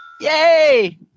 Yay